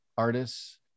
Artists